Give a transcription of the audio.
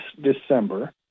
December